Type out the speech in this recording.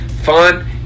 fun